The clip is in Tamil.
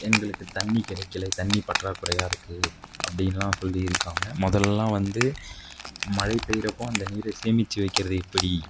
எங்களுக்குத் தண்ணி கிடைக்கல தண்ணி பற்றாக்குறையாக இருக்குது அப்படினுலாம் சொல்லி இருக்காங்க முதல்லாம் வந்து மழை பெய்கிறப்போ அந்த நீரை சேமித்து வைக்கிறது எப்படி